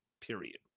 period